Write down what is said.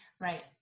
Right